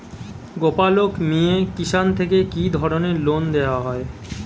গোপালক মিয়ে কিষান থেকে কি ধরনের লোন দেওয়া হয়?